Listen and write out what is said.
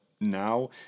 now